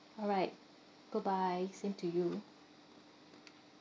all right goodbye same to you